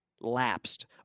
lapsed